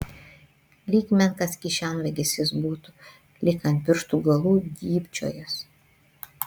lyg menkas kišenvagis jis būtų lyg ant pirštų galų dybčiojąs